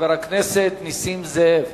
חבר הכנסת נסים זאב.